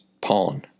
pawn